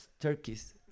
turkeys